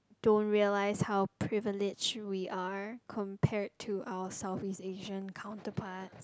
don't realise how privileged we are compared to our Southeast-Asian counterparts